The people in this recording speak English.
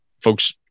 folks